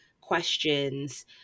questions